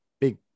big